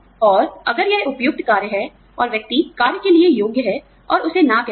और अगर यह उपयुक्त कार्य है और व्यक्ति कार्य के लिए योग्य है और उसे ना कहता है